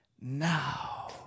Now